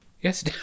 Yes